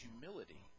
humility